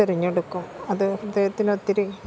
തെരഞ്ഞെടുക്കും അത് ഹൃദയത്തിനൊത്തിരി